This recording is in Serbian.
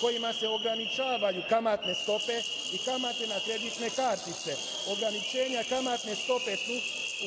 kojima se ograničavaju kamatne stope i kamate na kreditne kartice. Ograničenja kamatne stope